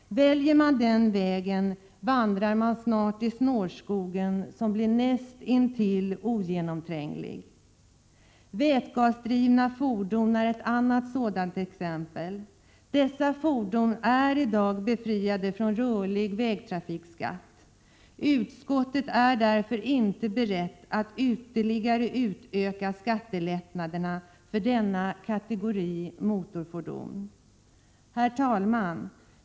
Väljer man den vägen vandrar man snart i en snårskog som blir näst intill ogenomtränglig. Vätgasdrivna fordon är ett annat exempel på detta. Dessa fordon är i dag befriade från rörlig vägtrafikskatt. Utskottet är därför inte berett att ytterligare utöka skattelättnaderna för denna kategori av motorfordon. Herr talman!